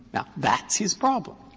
that's his problem.